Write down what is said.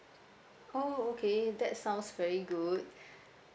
oh okay that sounds very good